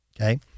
Okay